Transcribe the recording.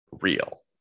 real